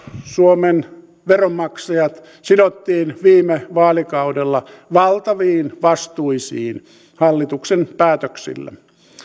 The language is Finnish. suomen veronmaksajat sidottiin viime vaalikaudella valtaviin vastuisiin hallituksen päätöksillä